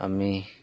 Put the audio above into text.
আমি